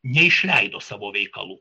neišleido savo veikalų